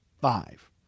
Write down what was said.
five